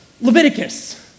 Leviticus